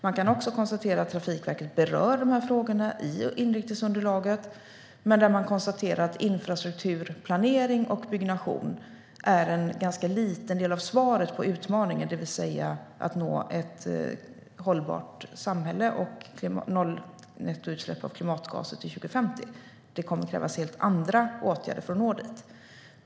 Man kan också konstatera att Trafikverket berör dessa frågor i inriktningsunderlaget men konstaterar att infrastrukturplanering och byggnation är en ganska liten del av svaret på utmaningen, det vill säga att nå ett hållbart samhälle och noll nettoutsläpp av klimatgaser till 2050. Det kommer att krävas helt andra åtgärder för att nå dit.